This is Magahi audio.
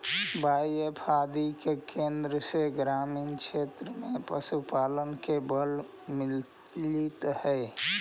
बाएफ आदि के केन्द्र से ग्रामीण क्षेत्र में पशुपालन के बल मिलित हइ